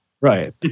Right